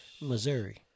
Missouri